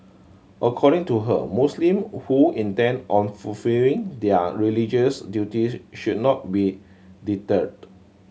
according to her Muslim who intend on fulfilling their religious duties should not be deterred